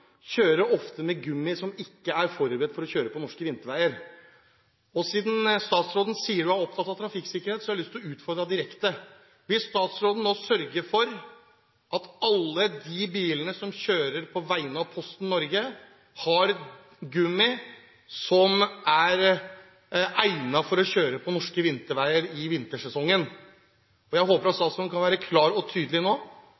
kjøre på norske vinterveier. Siden statsråden sier hun er opptatt av trafikksikkerhet, har jeg lyst til å utfordre henne direkte: Vil statsråden nå sørge for at alle de bilene som kjører på vegne av Posten Norge, har gummi som er egnet til å kjøre på norske vinterveier i vintersesongen? Jeg håper at statsråden kan være klar og tydelig nå,